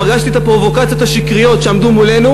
פגשתי את הפרובוקציות השקריות שעמדו מולנו,